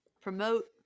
promote